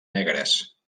negres